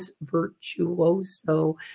virtuoso